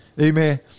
amen